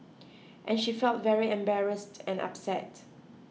and she felt very embarrassed and upset